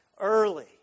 early